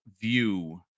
view